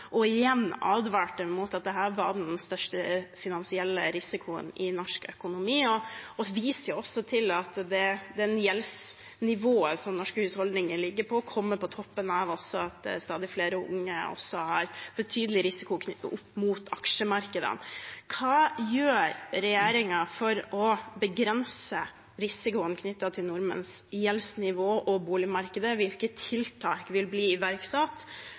advarte om at dette var den største finansielle risikoen i norsk økonomi. De viser også til at det gjeldsnivået som norske husholdninger ligger på, kommer på toppen av at stadig flere unge har betydelig risiko knyttet opp mot aksjemarkedene. Hva gjør regjeringen for å begrense risikoen knyttet til nordmenns gjeldsnivå og boligmarkedet? Hvilke tiltak vil bli iverksatt,